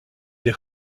des